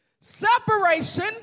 Separation